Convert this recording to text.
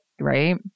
right